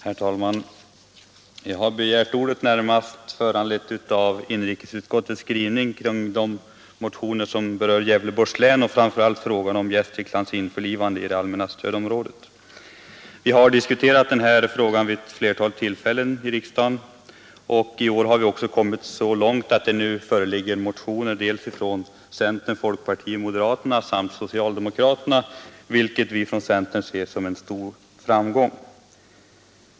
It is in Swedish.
Herr talman! Jag har begärt ordet närmast föranledd av inrikesutskottets skrivning angående de motioner som berör Gävleborgs län och framför allt frågorna om Gästriklands införlivande i det allmänna stödområdet. Vi har diskuterat denna fråga vid ett flertal tillfällen i riksdagen och i år har vi också kommit så långt att det föreligger motioner från centern, folkpartiet, moderaterna samt socialdemokraterna, vilket vi från centern ser som en stor framgång.